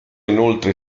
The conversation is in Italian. inoltre